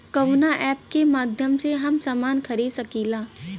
कवना ऐपके माध्यम से हम समान खरीद सकीला?